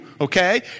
okay